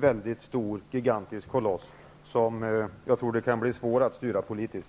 man en gigantisk koloss, som jag tror att det kan bli svårt att styra politiskt.